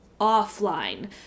offline